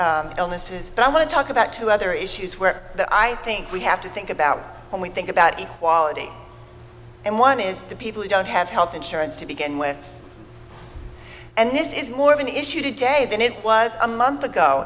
physical illnesses but i want to talk about two other issues where i think we have to think about when we think about equality and one is the people who don't have health insurance to begin with and this is more of an issue today than it was a month ago